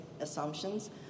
assumptions